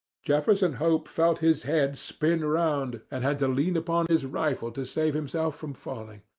jefferson hope felt his head spin round, and had to lean upon his rifle to save himself from falling.